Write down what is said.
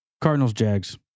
Cardinals-Jags